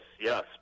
yes